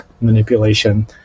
manipulation